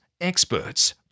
experts